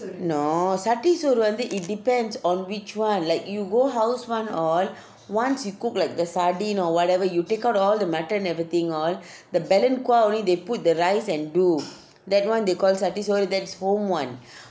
no satti soru வந்து:satti soru vanthu it depends on which one like you go house one all once you cook like the sardine or whatever you take out all the mutton everything all the balance only they put the rice and do that one they call satti soru soru that is home [one]